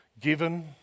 given